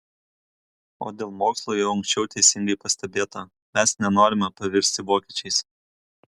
o dėl mokslų jau anksčiau teisingai pastebėta mes nenorime pavirsti vokiečiais